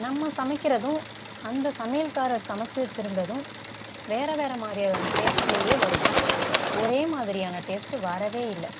நம்ம சமைக்கிறதும் அந்த சமையல்காரர் சமைத்து வெச்சிருந்ததும் வேறு வேறு மாதிரியான டேஸ்ட்லேயே வருது ஒரே மாதிரியான டேஸ்ட்டு வரவே இல்லை